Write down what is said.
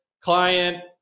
client